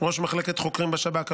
ראש מחלקת חוקרים בשב"כ,